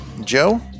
Joe